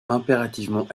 impérativement